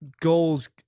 goals